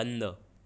बंद